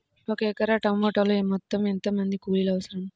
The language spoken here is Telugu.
ఒక ఎకరా టమాటలో మొత్తం ఎంత మంది కూలీలు అవసరం?